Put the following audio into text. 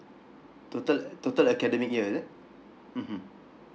total total academic year is it mmhmm